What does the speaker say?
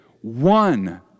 one